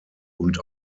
und